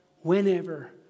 whenever